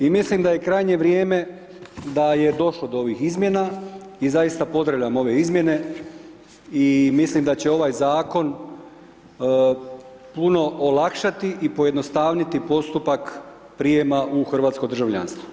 I mislim da je i krajnje vrijeme da je došlo do ovih izmjena i zaista pozdravljam ove izmjene i mislim da će ovaj zakon puno olakšati i pojednostavniti postupak prijema u hrvatsko državljanstvo.